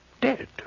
Dead